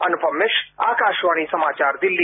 अनुपम मिश्र आकाशवाणी समाचार दिल्ली